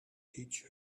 teach